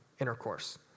intercourse